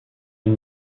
une